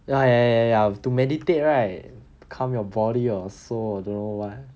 ya ya ya to meditate right calm your body or so I don't know what